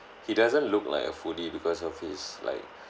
he doesn't look like a foodie because of his like